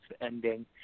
ending